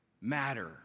matter